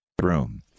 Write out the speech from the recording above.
room